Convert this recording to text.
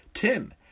Tim